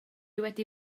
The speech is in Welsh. wedi